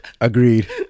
Agreed